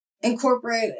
incorporate